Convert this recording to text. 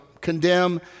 condemn